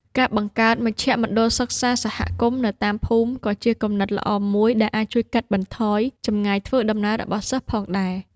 ការបង្កើតមជ្ឈមណ្ឌលសិក្សាសហគមន៍នៅតាមភូមិក៏ជាគំនិតល្អមួយដែលអាចជួយកាត់បន្ថយចម្ងាយធ្វើដំណើររបស់សិស្សផងដែរ។